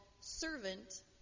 servant